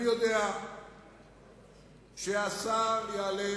אני יודע שהשר יעלה